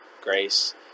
grace